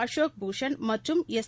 அஷோக் பூஷன் மற்றும் எஸ்